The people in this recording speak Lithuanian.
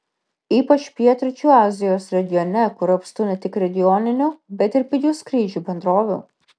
ypač pietryčių azijos regione kur apstu ne tik regioninių bet ir pigių skrydžių bendrovių